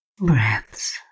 breaths